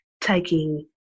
taking